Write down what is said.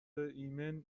ایمن